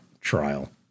trial